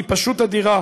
היא פשוט אדירה.